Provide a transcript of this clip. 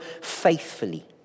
faithfully